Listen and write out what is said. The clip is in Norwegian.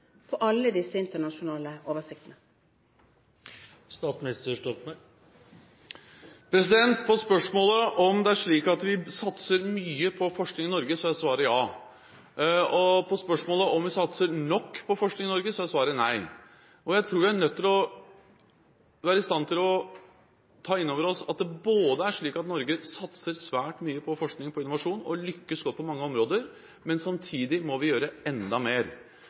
alle disse internasjonale oversiktene? På spørsmålet om det er slik at vi satser mye på forskning i Norge, er svaret ja. På spørsmålet om vi satser nok på forskning i Norge, er svaret nei. Jeg tror vi er nødt til å være i stand til å ta inn over oss at det både er slik at Norge satser svært mye på forskning og innovasjon og lykkes godt på mange områder, og at vi samtidig må gjøre enda mer.